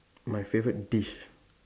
my favorite dish